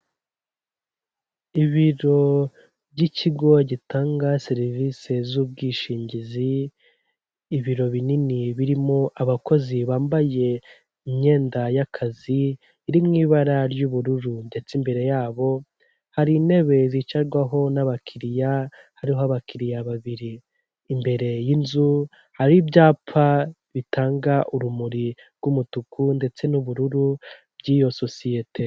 Ibiro by'ikigo gitanga serivisi z'ubwishingizi. Ibiro binini birimo abakozi bambaye imyenda y'akazi, iri mu ibara ry'ubururu ndetse imbere yabo hari intebe zicarwaho n'abakiriya, hariho abakiriya babiri, imbere y'inzu hari ibyapa bitanga urumuri rw'umutuku ndetse n'ubururu by'iyo sosiyete.